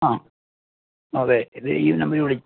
ആ അതെ എൻ്റെ ഈ നമ്പറിൽ വിളി